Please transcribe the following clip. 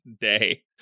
day